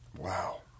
Wow